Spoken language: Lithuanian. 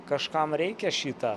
kažkam reikia šitą